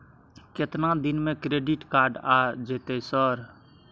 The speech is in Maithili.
केतना दिन में क्रेडिट कार्ड आ जेतै सर?